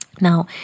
Now